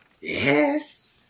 Yes